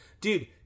dude